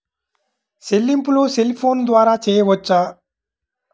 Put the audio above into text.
చెల్లింపులు cell phone ద్వారా చేయవచ్చా?